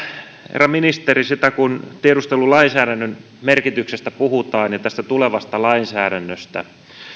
herra ministeri kun tiedustelulainsäädännön merkityksestä ja tulevasta lainsäädännöstä